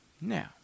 Now